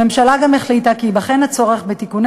הממשלה גם החליטה כי ייבחן הצורך בתיקוני